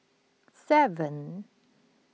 seven